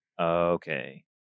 Okay